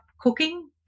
cooking